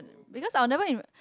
because I will never in